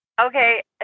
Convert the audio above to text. Okay